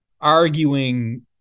arguing